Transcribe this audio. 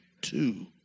two